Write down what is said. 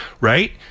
right